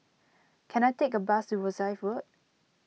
can I take a bus to Rosyth Road